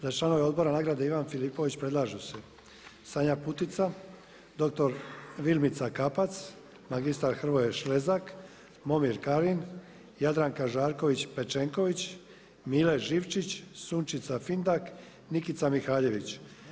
Za članove Odbora nagrade Ivan Filipović predlažu se: Sanja Putica, dr. Vilmica Kapac, mr. Hrvoje Šlezak, Momir Karin, Jadranka Žarković Pečenković, Mile Živčić, Sunčica Findak, Nikica Mihaljević.